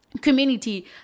community